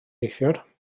neithiwr